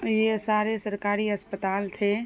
یہ سارے سرکاری اسپتال تھے